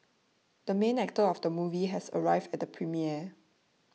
the main actor of the movie has arrived at the premiere